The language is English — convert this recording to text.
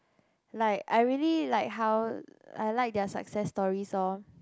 like I really like how I like their success story so